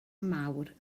mawr